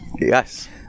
Yes